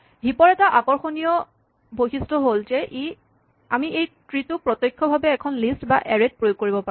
heap ৰ এটা আকৰ্শনীয় বৈশিষ্ট হ'ল যে আমি এই ট্ৰী টোক প্ৰত্যক্ষভাৱে এখন লিষ্ট বা এৰে ত প্ৰয়োগ কৰিব পাৰো